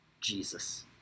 Jesus